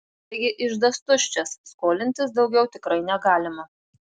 taigi iždas tuščias skolintis daugiau tikrai negalima